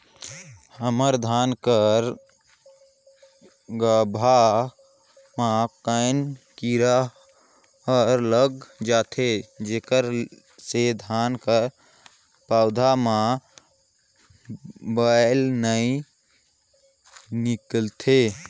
हमर धान कर गाभा म कौन कीरा हर लग जाथे जेकर से धान कर पौधा म बाएल नइ निकलथे?